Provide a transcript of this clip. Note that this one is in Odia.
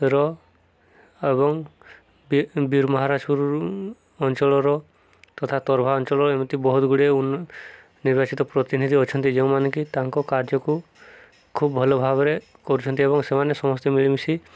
ର ଏବଂ ବିରମହାରାଜପୁର ଅଞ୍ଚଳର ତଥା ଅଞ୍ଚଳର ଏମିତି ବହୁତ ଗୁଡ଼ିଏ ଉନ୍ନ ନିର୍ବାଚିତ ପ୍ରତିନିଧି ଅଛନ୍ତି ଯେଉଁମାନେ କି ତାଙ୍କ କାର୍ଯ୍ୟକୁ ଖୁବ୍ ଭଲ ଭାବରେ କରୁଛନ୍ତି ଏବଂ ସେମାନେ ସମସ୍ତେ ମିଳିମିଶି